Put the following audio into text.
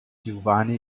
giovanni